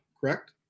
correct